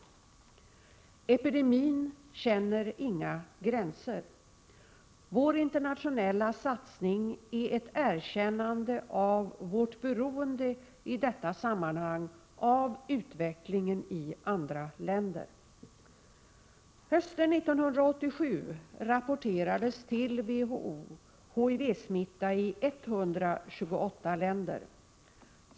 Epidemin känner inga gränser. Vår internationella satsning är ett erkännande av vårt beroende i detta sammanhang av utvecklingen i andra länder. Hösten 1987 rapporterades till WHO HIV-smitta i 128 länder.